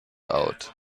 out